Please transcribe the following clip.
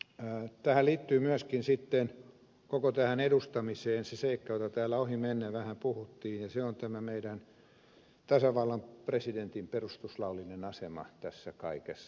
koko tähän edustamiseen liittyy myöskin sitten eräs seikka josta täällä ohimennen vähän puhuttiin ja se on tämä meidän tasavallan presidentin perustuslaillinen asema tässä kaikessa